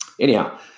anyhow